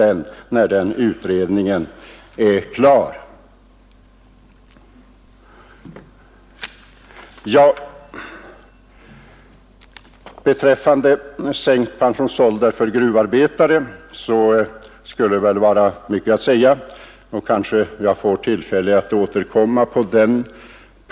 Det vore mycket att säga i frågan om en sänkt pensionsålder för gruvarbetare och jag får kanske tillfälle att återkomma till den.